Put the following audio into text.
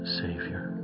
savior